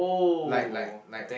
like like like